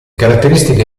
caratteristiche